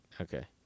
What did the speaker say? Okay